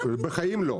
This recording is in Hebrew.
בחיים לא.